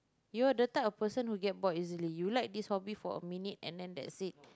you're the type of person who get bored easily you like this hobby for a minute and then that's it